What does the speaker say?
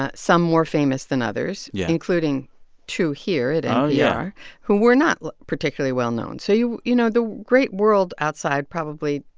ah some more famous than others. yeah. including two here at npr and yeah who were not particularly well-known. so you you know, the great world outside, probably,